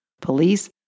police